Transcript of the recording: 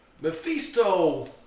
Mephisto